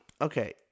okay